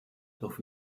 doch